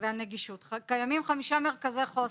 שקיימים חמישה מרכזי חוסן,